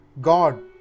God